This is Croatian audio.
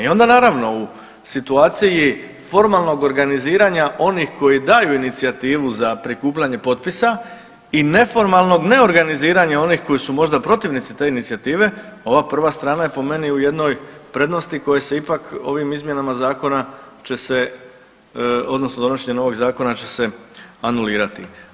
I onda naravno u situaciji formalnog organiziranja onih kojih daju inicijativu za prikupljanje potpisa i neformalnog neorganiziranja onih koji su možda protivnici te inicijative ova prva strana je po meni u jednoj prednosti koje se ipak ovim izmjenama zakona će se odnosno donošenje novog zakona će se anulirati.